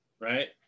right